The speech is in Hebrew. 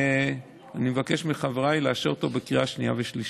ואני מבקש מחבריי לאשר אותו בקריאה שנייה ושלישית.